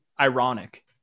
ironic